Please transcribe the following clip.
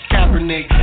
Kaepernick